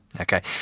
Okay